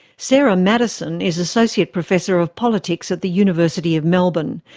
sarah maddison is associate professor of politics at the university of melbourne.